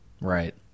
right